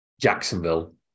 Jacksonville